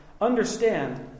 understand